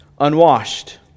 unwashed